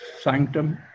sanctum